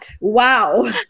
Wow